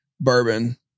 bourbon